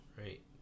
right